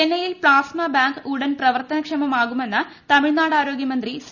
ചെന്നൈയിൽ plasma bank ഉടൻ പ്രവർത്തനക്ഷമം ആകുമെന്ന് തമിഴ്നാട് ആരോഗൃമന്ത്രി സി